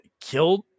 killed